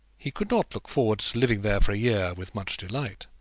he could not look forward to living there for a year with much delight.